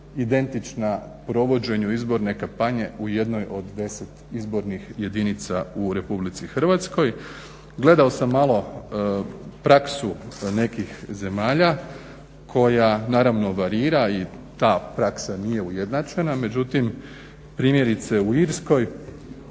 identična provođenju izborne kompanije u jednoj od 10 izbornih jedinica u RH. Gledao sam malo praksu nekih zemalja koja naravno varira i ta praksa nije ujednačena. Međutim primjerice u Irskoj